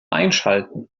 einschalten